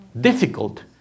difficult